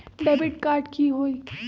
Debit card की होई?